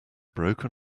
broken